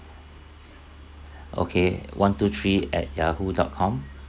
okay one two three at yahoo dot com